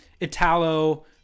Italo—